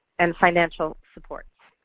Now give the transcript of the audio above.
and financial supports.